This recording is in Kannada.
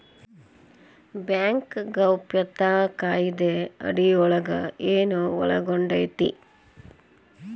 ಬ್ಯಾಂಕ್ ಗೌಪ್ಯತಾ ಕಾಯಿದೆ ಅಡಿಯೊಳಗ ಏನು ಒಳಗೊಂಡೇತಿ?